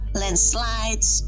landslides